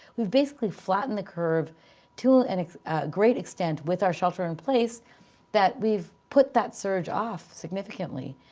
we've basically flattened the curve to and a great extent with our shelter in place that we've put that surge off significantly.